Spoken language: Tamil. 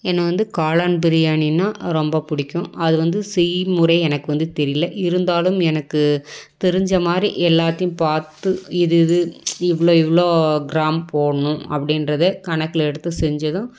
என்ன வந்து காளான் பிரியாணின்னா அது ரொம்ப பிடிக்கும் அது வந்து செய்முறை எனக்கு வந்து தெரியல இருந்தாலும் எனக்கு தெரிஞ்ச மாதிரி எல்லாத்தையும் பார்த்து இது இது இவ்ளோ இவ்வளோ கிராம் போடணும் அப்படின்றத கணக்கில் எடுத்து செஞ்சு தான்